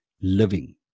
living